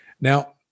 Now